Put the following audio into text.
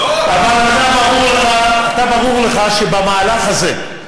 לא, אבל אתה, ברור לך שבמהלך הזה,